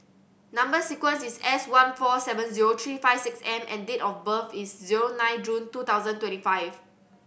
number sequence is S one four seven zero three five six M and date of birth is zero nine June two thousand twenty five